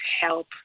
help